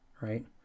Right